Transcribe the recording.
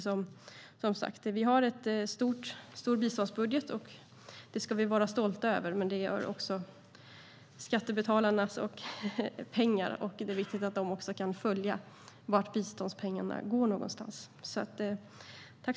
Som sagt har vi en stor biståndsbudget, och det ska vi vara stolta över, men det är också skattebetalarnas pengar, och det är viktigt att de kan följa vart biståndspengarna går.